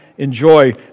enjoy